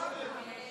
נגד.